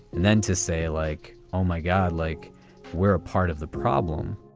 and then to say like, oh, my god, like we're a part of the problem